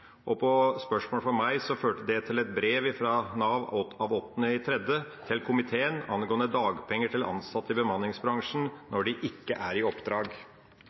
sosialkomiteen på Stortinget den 6. mars. Et spørsmål fra meg førte til et brev fra Nav av 8. mars til komiteen angående dagpenger til ansatte i bemanningsbransjen når de ikke er i oppdrag.